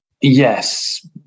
yes